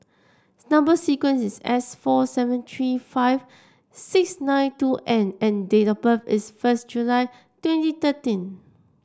number sequence is S four seven three five six nine two N and date of birth is first July twenty thirteen